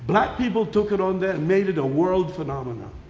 black people took it on there. made it a world phenomenon.